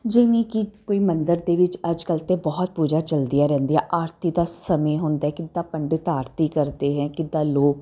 ਜਿਵੇਂ ਕਿ ਕੋਈ ਮੰਦਰ ਦੇ ਵਿੱਚ ਅੱਜ ਕੱਲ੍ਹ ਤਾਂ ਬਹੁਤ ਪੂਜਾ ਚੱਲਦੀਆਂ ਰਹਿੰਦੀਆਂ ਆਰਤੀ ਦਾ ਸਮੇਂ ਹੁੰਦਾ ਕਿੱਦਾਂ ਪੰਡਿਤ ਆਰਤੀ ਕਰਦੇ ਹੈ ਕਿੱਦਾਂ ਲੋਕ